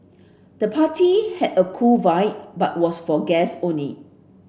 the party had a cool vibe but was for guests only